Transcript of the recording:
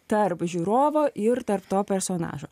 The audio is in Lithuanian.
tarp žiūrovo ir tarp to personažo